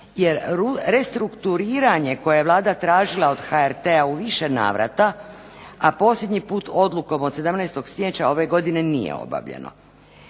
jer restrukturiranje koje Vlada tražila od HRT-a u više navrata, a posljednji put odlukom od 17. siječnja ove godine nije obavljeno.